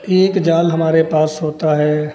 एक जाल हमारे पास होता है